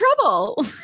trouble